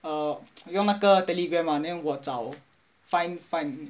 呃我用那个 Telegram ah then 我找 find find